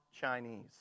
Chinese